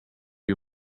you